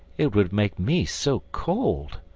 it would make me so cold!